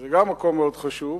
שגם זה מקום מאוד חשוב,